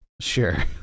Sure